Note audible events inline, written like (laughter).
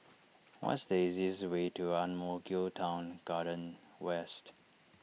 (noise) what is the easiest way to Ang Mo Kio Town Garden West